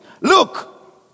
Look